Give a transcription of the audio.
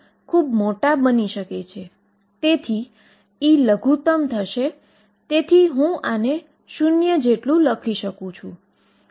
તેથી સ્ટેશનરી વેવના સમયનો ભાગ માત્ર એક જ ફ્રીકવન્સી નો ભાગ હતો